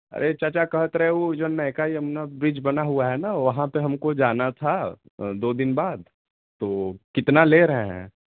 अरे चाचा कह रहे वह जो नयका यमना ब्रिज बना हुआ है ना वहाँ पर हमको जाना था दो दिन बाद तो कितना ले रहे हैं